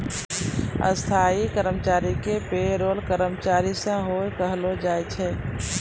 स्थायी कर्मचारी के पे रोल कर्मचारी सेहो कहलो जाय छै